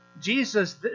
Jesus